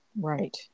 Right